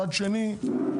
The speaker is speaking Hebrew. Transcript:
מצד שני,